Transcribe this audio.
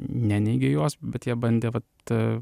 neneigė jos bet jie bandė vat